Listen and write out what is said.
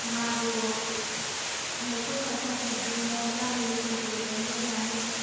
मागोआव न'खर न'खर बिब्दिनो गामिनिफोरखौ लेंबोनानै